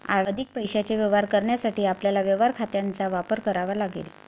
अधिक पैशाचे व्यवहार करण्यासाठी आपल्याला व्यवहार खात्यांचा वापर करावा लागेल